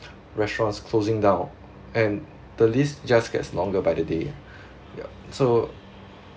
restaurants closing down and the list just gets longer by the day ya so